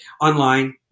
online